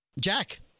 Jack